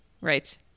right